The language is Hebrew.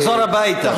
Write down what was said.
תחזור הביתה,